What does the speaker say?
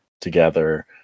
together